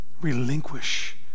Relinquish